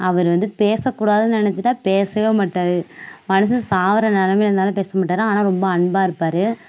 அவர் வந்து பேசக்கூடாதுனு நினச்சிட்டா பேசவே மாட்டார் மனுஷன் சாகுற நிலமையில இருந்தாலும் பேசமாட்டாரு ஆனால் ரொம்ப அன்பாக இருப்பார்